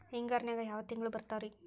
ಹಿಂಗಾರಿನ್ಯಾಗ ಯಾವ ತಿಂಗ್ಳು ಬರ್ತಾವ ರಿ?